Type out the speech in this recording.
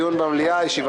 (ביטול המגבלה על מספרם המרבי של השרים וסגני השרים)